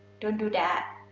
don't do that.